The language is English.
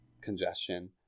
congestion